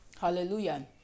Hallelujah